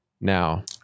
now